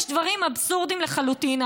יש דברים אבסורדיים לחלוטין.